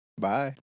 Bye